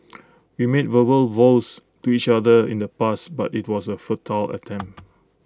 we made verbal vows to each other in the past but IT was A futile attempt